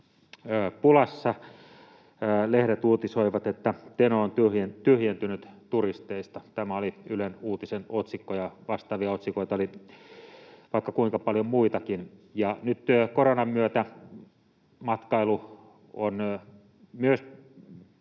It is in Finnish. pulassa. Lehdet uutisoivat, että Teno on tyhjentynyt turisteista — tämä oli Ylen uutisten otsikko, ja vastaavia otsikoita oli vaikka kuinka paljon muitakin. Ja nyt myös koronan myötä matkailu on